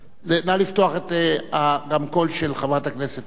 נא לפתוח את הרמקול של חברת הכנסת תירוש.